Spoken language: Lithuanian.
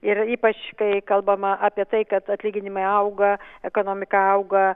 ir ypač kai kalbama apie tai kad atlyginimai auga ekonomika auga